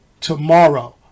tomorrow